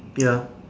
ya